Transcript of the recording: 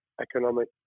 economic